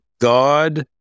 God